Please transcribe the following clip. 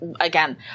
again